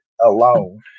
alone